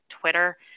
Twitter